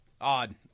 odd